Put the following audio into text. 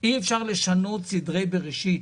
שאי אפשר לשנות סדרי בראשית,